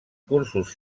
cursos